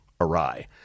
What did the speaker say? awry